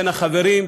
בין החברים,